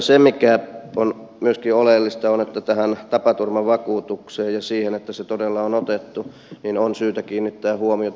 se mikä on myöskin oleellista on tämä tapaturmavakuutus ja siihen että se todella on otettu on syytä kiinnittää huomiota